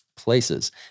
places